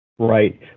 Right